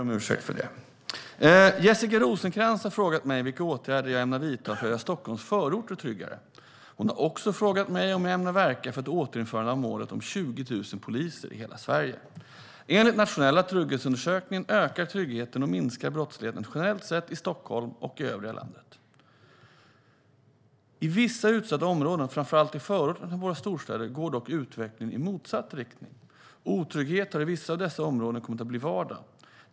Herr talman! Jessica Rosencrantz har frågat mig vilka åtgärder jag ämnar vidta för att göra Stockholms förorter tryggare. Hon har också frågat mig om jag ämnar verka för ett återinförande av målet om 20 000 poliser i hela Sverige. Enligt nationella trygghetsundersökningen ökar tryggheten och minskar brottsligheten generellt sett i Stockholm och i övriga landet. I vissa utsatta områden, framför allt i förorterna till våra storstäder, går dock utvecklingen i motsatt riktning. Otrygghet har i vissa av dessa områden kommit att bli vardag.